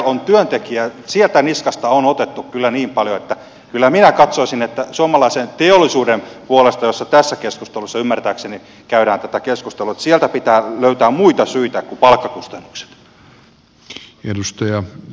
kyllä sieltä työntekijän niskasta on otettu niin paljon että kyllä minä katsoisin että suomalaisesta teollisuudesta josta tässä keskustelussa ymmärtääkseni käydään tätä keskustelua pitää löytää muita syitä kuin palkkakustannukset